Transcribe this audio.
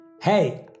Hey